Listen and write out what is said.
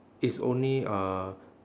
it's only uh